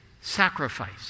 sacrifice